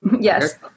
Yes